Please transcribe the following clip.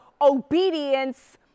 Obedience